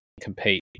compete